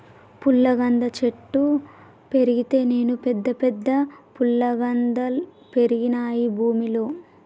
పుల్లగంద చెట్టు పెడితే నేను పెద్ద పెద్ద ఫుల్లగందల్ పెరిగినాయి భూమిలో